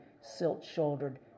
silt-shouldered